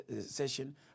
session